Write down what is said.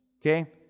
okay